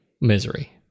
Misery